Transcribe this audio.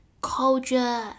culture